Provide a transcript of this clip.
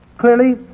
Clearly